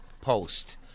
Post